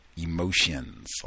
emotions